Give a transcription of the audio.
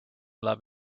love